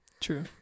True